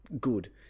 good